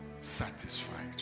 satisfied